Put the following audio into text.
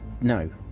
No